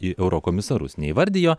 į eurokomisarus neįvardijo